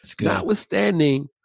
Notwithstanding